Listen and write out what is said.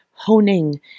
honing